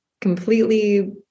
completely